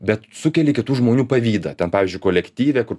bet sukeli kitų žmonių pavydą ten pavyzdžiui kolektyve kur